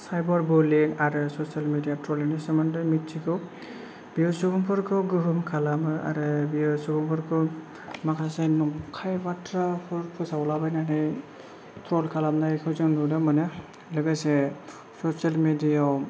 cyber bully आरो social media ट्र'लिंनि सोमोन्दै मिथिगौ बियो सुबुंफोरखौ गोहोम खालामो आरो बियो सुबुंफोरखौ माखासे नंखाय बाथ्रा फोसावला बायनानै ट्र'ल खालामनायखौ जों नुनो मोनो लोगोसे ससेल मिडियायाव